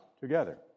together